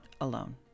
alone